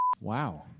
Wow